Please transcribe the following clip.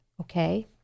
Okay